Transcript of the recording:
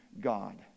God